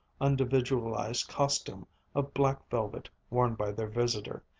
unindividualized costume of black velvet worn by their visitor,